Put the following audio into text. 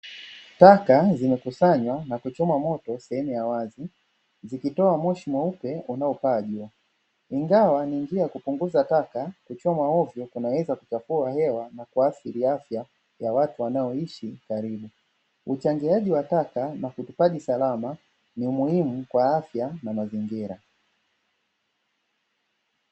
Taka zimekusanywa na kuchomwa moto sehemu ya wazi, zikitoa moshi mweupe unaopaa juu. Ingawa ni njia ya kupunguza taka, kuchoma hovyo kunaweza kuchafua hewa na kuathiri afya ya watu wanaoishi karibu. Uchangiaji wa taka na utupaji salama ni muhimu kwa afya na mazingira.